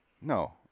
No